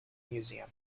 museum